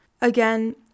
Again